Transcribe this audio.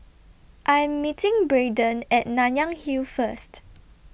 I Am meeting Brayden At Nanyang Hill First